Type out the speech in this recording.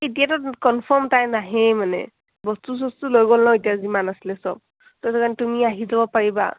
এতিয়াতো কনফাৰ্ম তাই নাহেই মানে বস্তু চস্তু লৈ গ'ল ন এতিয়া যিমান আছিলে চব তো সেইটো কাৰণে তুমি আহি যাব পাৰিবা